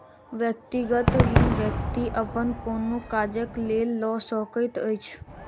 व्यक्तिगत ऋण व्यक्ति अपन कोनो काजक लेल लऽ सकैत अछि